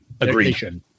Agreed